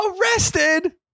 Arrested